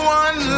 one